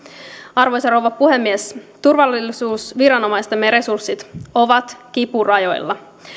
arvoisa rouva puhemies turvallisuusviranomaistemme resurssit ovat kipurajoilla